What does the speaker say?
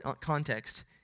context